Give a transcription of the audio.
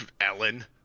ellen